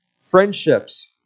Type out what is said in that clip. friendships